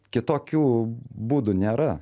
kitokių būdų nėra